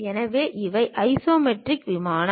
எனவே இவை ஐசோமெட்ரிக் விமானம்